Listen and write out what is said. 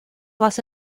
was